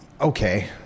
Okay